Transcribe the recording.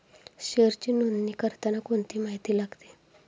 शेअरची नोंदणी करताना कोणती माहिती लागते?